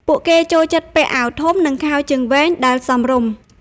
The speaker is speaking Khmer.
ពួកគេចូលចិត្តពាក់អាវធំនិងខោជើងវែងដែលសមរម្យ។